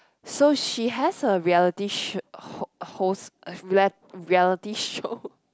so she has a reality sho~ ho~ host a real~ reality show